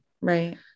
right